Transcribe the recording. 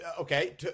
okay